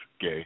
Gay